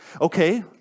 Okay